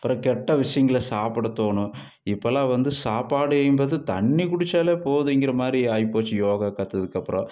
அப்புறம் கெட்ட விஷயங்களா சாப்பிட தோணும் இப்போல்லாம் வந்து சாப்பாடு என்பது தண்ணி குடிச்சாலே போதுங்கிற மாதிரி ஆகிப்போச்சி யோகா கற்றதுக்கு அப்றம்